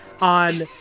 on